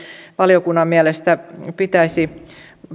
valiokunnan mielestä